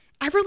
Everly